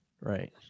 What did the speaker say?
right